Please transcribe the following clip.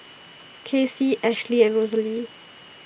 Kacey Ashlee and Rosalee